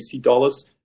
dollars